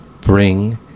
bring